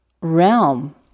realm